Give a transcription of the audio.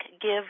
give